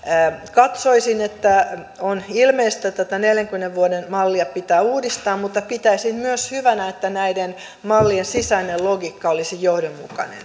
katsoisin että on ilmeistä että tätä neljänkymmenen vuoden mallia pitää uudistaa mutta pitäisin myös hyvänä että näiden mallien sisäinen logiikka olisi